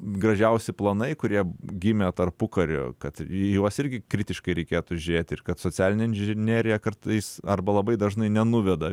gražiausi planai kurie gimė tarpukariu kad į juos irgi kritiškai reikėtų žiūrėt ir kad socialinė inžinerija kartais arba labai dažnai nenuveda